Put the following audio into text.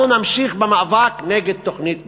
אנחנו נמשיך במאבק נגד תוכנית פראוור.